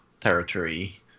territory